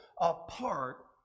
apart